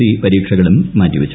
C പരീക്ഷകളും മാറ്റിവെച്ചു